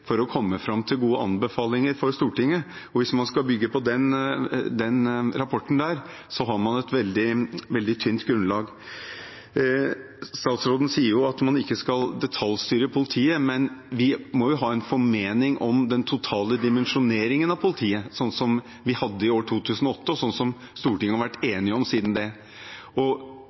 for å komme fram til gode anbefalinger for Stortinget. Hvis man skal bygge på den rapporten, har man et veldig tynt grunnlag. Statsråden sier at man ikke skal detaljstyre politiet, men vi må jo ha en formening om den totale dimensjoneringen av politiet, slik vi hadde i 2008, og som Stortinget har vært enig om siden. Regjeringen har tydeligvis en mening om det